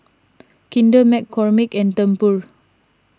Kinder McCormick and Tempur